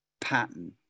pattern